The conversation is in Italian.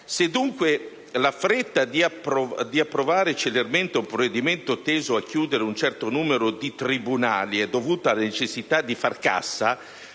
Se dunque la fretta di approvare celermente un provvedimento volto a chiudere un certo numero di tribunali è dovuta alla necessità di fare cassa,